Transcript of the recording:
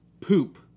poop